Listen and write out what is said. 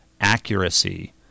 accuracy